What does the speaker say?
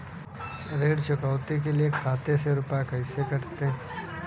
ऋण चुकौती के लिए खाते से रुपये कैसे कटते हैं?